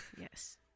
Yes